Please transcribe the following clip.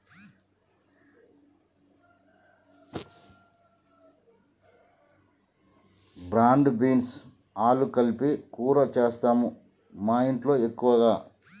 broad beans ఆలు కలిపి కూర చేస్తాము మాఇంట్లో ఎక్కువగా